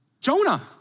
Jonah